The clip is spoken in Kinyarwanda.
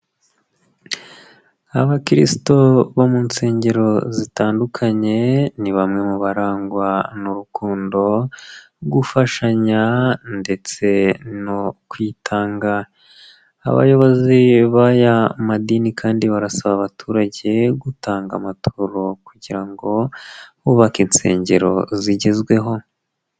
Abakristo bo mu nsengero zitandukanye, ni bamwe mu barangwa n'urukundo, gufashanya ndetse no kwitanga. Abayobozi b'aya madini kandi barasaba abaturage gutanga amaturo kugira ngo bubake insengero zigezweho.